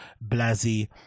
Blasi